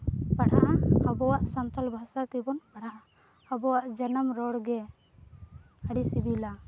ᱯᱟᱲᱦᱟᱜᱼᱟ ᱟᱵᱚᱣᱟᱜ ᱥᱟᱱᱛᱟᱲ ᱵᱷᱟᱥᱟ ᱜᱮᱵᱚᱱ ᱯᱟᱲᱦᱟᱜᱼᱟ ᱟᱵᱚᱣᱟᱜ ᱡᱟᱱᱟᱢ ᱨᱚᱲ ᱜᱮ ᱟᱹᱰᱤ ᱥᱤᱵᱤᱞᱟ